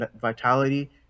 Vitality